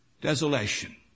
desolation